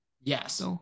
Yes